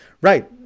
right